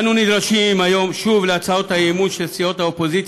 אנו נדרשים היום שוב להצעות האי-אמון של סיעות האופוזיציה,